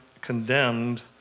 condemned